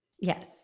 Yes